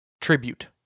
tribute